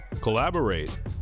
collaborate